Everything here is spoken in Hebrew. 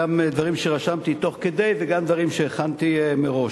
גם דברים שרשמתי תוך כדי וגם דברים שהכנתי מראש.